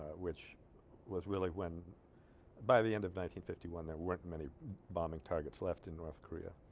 which was really when by the end of nineteen fifty one there weren't many bombing targets left in north korea